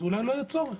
אז אולי לא יהיה צורך.